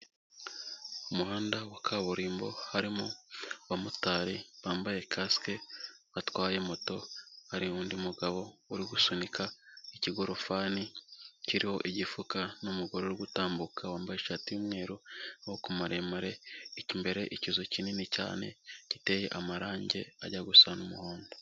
Umuhanda wa kaburimbo harimo abamotari bambaye kasike batwaye moto, hari undi mugabo uri gusunika ikigorofani kiriho igifuka n'umugore uri gutambuka wambaye ishati y'umweru y'amaboko maremare, imbere ikizu kinini cyane giteye amarangi ajya gusa n'umuhondo.